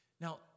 Now